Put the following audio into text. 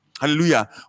hallelujah